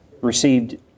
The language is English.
received